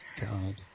God